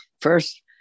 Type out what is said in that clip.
first